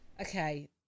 Okay